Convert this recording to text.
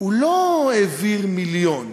הוא לא העביר מיליון,